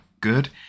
good